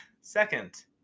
Second